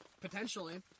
potentially